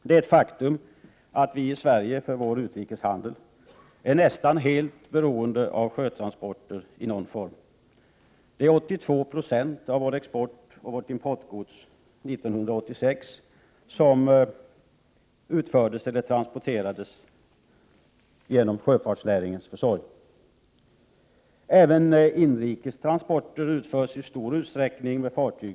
Det är ett faktum att vi i Sverige för vår utrikeshandel är nästan helt beroende av sjötransporter i någon form. 82 76 av exportoch importgods 1986 transporterades genom sjöfartsnäringens försorg. Även inrikestransporter utförs i stor utsträckning med fartyg.